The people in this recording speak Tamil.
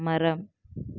மரம்